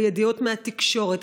הידיעות מהתקשורת,